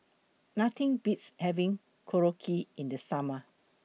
Nothing Beats having Korokke in The Summer